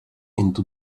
into